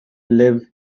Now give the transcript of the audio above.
live